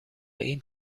این